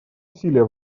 усилия